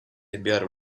enviar